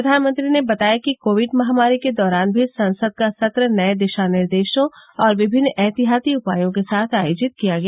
प्रधानमंत्री ने बताया कि कोविड महामारी के दौरान भी संसद का सत्र नये दिशा निर्देशों और विभिन्न ऐहतियाती उपायों के साथ आयोजित किया गया